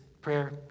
prayer